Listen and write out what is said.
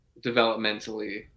developmentally